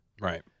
Right